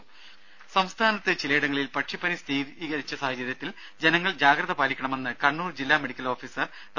ദേദ സംസ്ഥാനത്ത് ചിലയിടങ്ങളിൽ പക്ഷിപ്പനി സ്ഥിരീകരിച്ച സാഹചര്യത്തിൽ ജനങ്ങൾ ജാഗ്രത പാലിക്കണമെന്ന് കണ്ണൂർ ജില്ലാ മെഡിക്കൽ ഓഫീസർ ഡോ